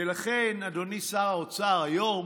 ולכן, אדוני שר האוצר, היום